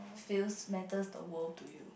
feels matters the world to you